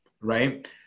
right